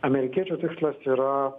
amerikiečių tikslas yra